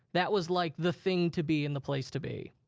that was like, the thing to be and the place to be.